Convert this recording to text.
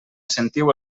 sentiu